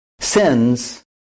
Sins